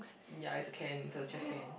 ya is can is a trash can